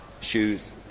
shoes